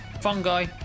fungi